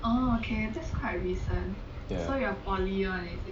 ya